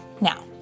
Now